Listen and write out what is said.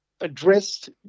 addressed